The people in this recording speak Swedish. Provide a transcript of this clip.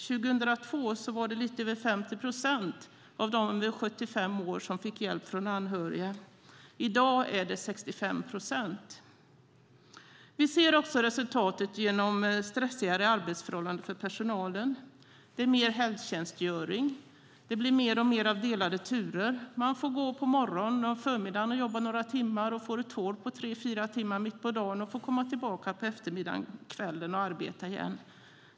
År 2002 var det lite över 50 procent av dem över 75 år som fick hjälp från anhöriga. I dag är det 65 procent. Vi ser också resultatet i stressigare arbetsförhållanden för personalen. Det är mer helgtjänstgöring. Det blir mer och mer av delade turer. De får jobba några timmar på morgonen och förmiddagen, får ett hål på tre fyra timmar mitt på dagen, och sedan komma tillbaka och jobba på eftermiddagen och kvällen.